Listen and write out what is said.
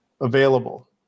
available